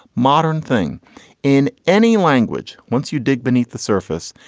modern thing in any language. once you dig beneath the surface,